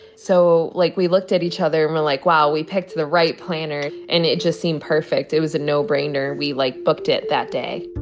so, like, we looked at each other, and we're like, wow, we picked the right planner. and it just seemed perfect. it was a no-brainer. we, like, booked it that day